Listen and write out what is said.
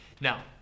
Now